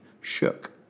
shook